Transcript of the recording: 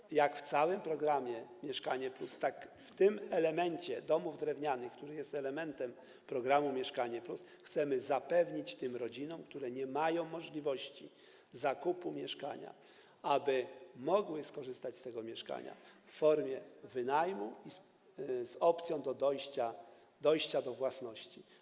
I jak w całym programie „Mieszkanie+”, tak w tym elemencie domów drewnianych, który jest elementem programu „Mieszkanie+”, chcemy zapewnić tym rodzinom, które nie mają możliwości zakupu mieszkania, aby mogły skorzystać z tego mieszkania w formie wynajmu z opcją dojścia do własności.